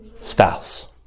spouse